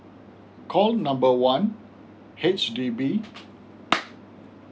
call number one H_D_B